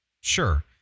sure